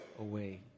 away